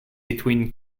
between